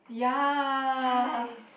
ya